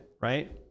Right